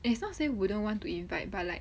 it's not say wouldn't want to invite but like